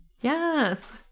Yes